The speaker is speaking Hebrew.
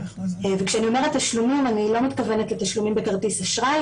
וכשאני אומרת תשלומים אני לא מתכוונת לתשלומים בכרטיס אשראי